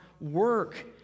work